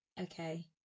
okay